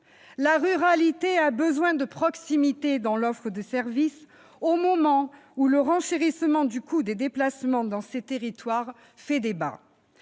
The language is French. La ruralité a besoin de proximité dans l'offre de services, au moment où le renchérissement du coût des déplacements dans ces territoires fait débat.